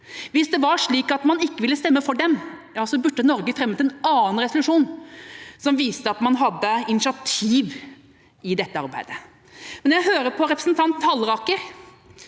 Hvis det var slik at man ikke ville stemme for dem, ja så burde Norge fremmet forslag til en annen resolusjon, som viste at man hadde initiativ i dette arbeidet. Men når jeg hører på representanten Halleraker